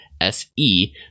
SE